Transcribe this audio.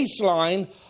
baseline